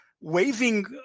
waving